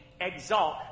exalt